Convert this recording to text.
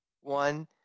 one